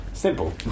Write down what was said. Simple